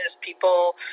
people